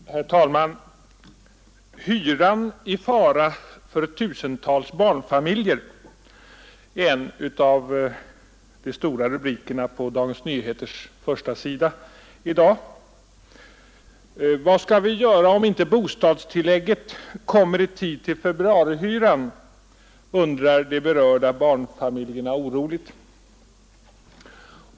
Herr talman! ”Hyran i fara för tusentals barnfamiljer” är en av de stora rubrikerna på Dagens Nyheters första sida i dag. Vad skall vi göra om inte bostadstillägget kommer i tid till februarihyran, undrar de berörda barnfamiljerna oroligt.